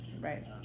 Right